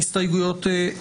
הצבעה ההסתייגויות לא התקבלו.